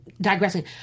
digressing